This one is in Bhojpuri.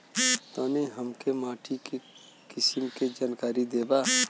तनि हमें माटी के किसीम के जानकारी देबा?